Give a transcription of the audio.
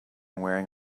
wearing